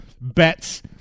bets